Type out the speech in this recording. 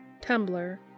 Tumblr